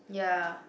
ya